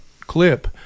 clip